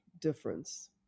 difference